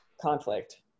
conflict